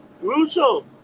Russo